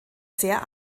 sehr